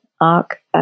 ARC